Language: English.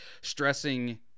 stressing –